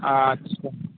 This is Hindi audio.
अच्छा